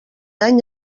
any